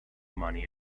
money